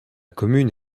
commune